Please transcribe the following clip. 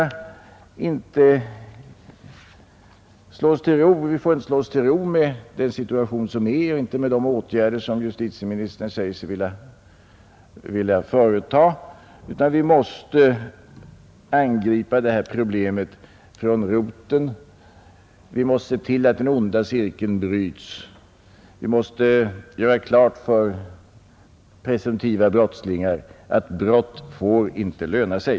Vi får därför inte slå oss till ro med den situation som råder och med de åtgärder som justitieministern säger sig vilja vidta, utan vi måste angripa detta problem från roten, vi måste se till att den onda cirkeln bryts, vi måste göra klart för presumtiva brottslingar att brott inte får löna sig.